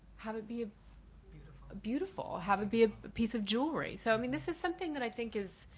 have it be a beautiful beautiful have it be a piece of jewelry. so i mean this is something that i think is